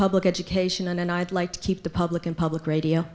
public education and i'd like to keep the public in public radio